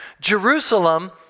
Jerusalem